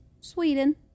Sweden